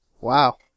Wow